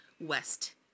West